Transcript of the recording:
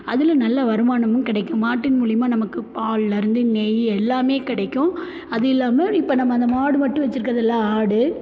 அதில் நல்ல வருமானமும் கிடைக்கும் மாட்டின் மூலிமா நமக்கு பால்லேருந்து நெய் எல்லாமே கிடைக்கும் அது இல்லாமல் இப்போ நம்ம அந்த மாடு மட்டும் வச்சுருக்குறது இல்லை ஆடு